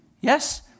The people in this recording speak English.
Yes